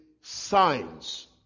signs